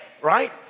right